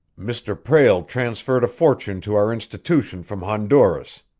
mr. prale transferred a fortune to our institution from honduras,